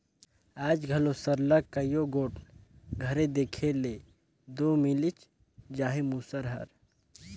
आएज घलो सरलग कइयो गोट घरे देखे ले दो मिलिच जाही मूसर हर